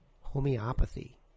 homeopathy